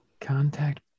Contact